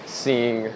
seeing